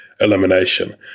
elimination